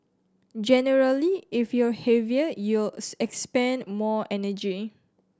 generally if you're heavier you'll expend more energy